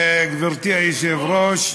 גברתי היושבת-ראש,